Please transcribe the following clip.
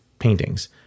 paintings